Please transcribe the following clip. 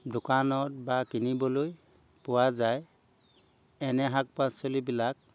দোকানত বা কিনিবলৈ পোৱা যায় এনে শাক পাচলিবিলাক